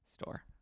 store